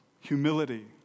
Humility